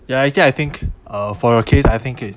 ya actually I think uh for your case I think is